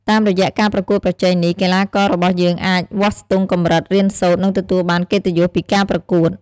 តាមរយៈការប្រកួតប្រជែងនេះ កីឡាកររបស់យើងអាច វាស់ស្ទង់កម្រិត រៀនសូត្រ និងទទួលបានកិត្តិយសពីការប្រកួត។